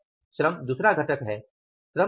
दूसरा घटक श्रम है